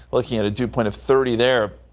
looking at a dew point of thirty there.